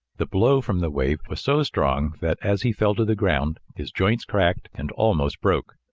the blow from the wave was so strong that, as he fell to the ground, his joints cracked and almost broke.